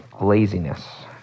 laziness